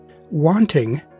Wanting